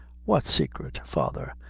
what saicret, father,